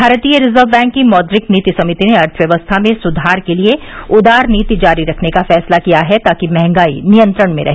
भारतीय Reserve Bank की मौद्रिक नीति समिति ने अर्थव्यवस्था में सुवार के लिए उदार नीति जारी रखने का फैसला किया है ताकि महंगाई नियंत्रण में रहे